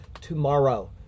tomorrow